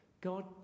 God